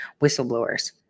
whistleblowers